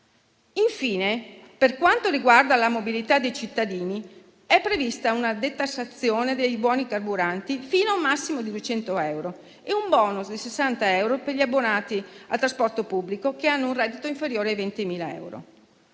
Infine, per quanto riguarda la mobilità dei cittadini, è prevista una detassazione dei buoni carburante fino a un massimo di 200 euro e un *bonus* di 60 euro per gli abbonati al trasporto pubblico che hanno un reddito inferiore ai 20.000 euro.